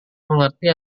mengerti